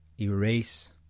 erase